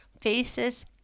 faces